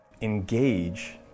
engage